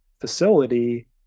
facility